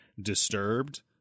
disturbed